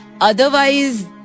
otherwise